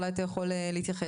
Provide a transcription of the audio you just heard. אולי אתה יכול להתייחס?